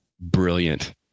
Brilliant